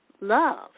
love